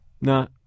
No